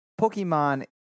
Pokemon